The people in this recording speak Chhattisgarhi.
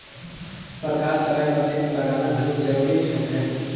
सरकार चलाए बर टेक्स लगाना घलो जरूरीच होथे